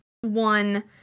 one